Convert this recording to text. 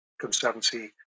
conservancy